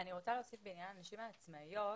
להוסיף בעניין הנשים העצמאיות,